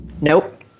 Nope